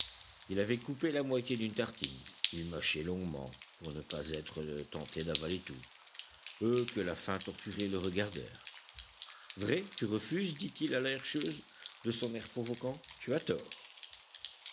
il avait coupé la moitié d'une tartine il mâchait longuement pour ne pas être tenté d'avaler tout eux que la faim torturait le regardèrent vrai tu refuses dit-il à la herscheuse de son air provocant tu as tort